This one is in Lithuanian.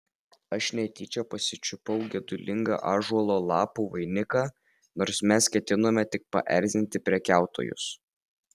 aš netyčia pasičiupau gedulingą ąžuolo lapų vainiką nors mes ketinome tik paerzinti prekiautojus